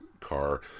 car